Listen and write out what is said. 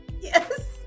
Yes